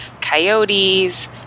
coyotes